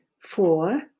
four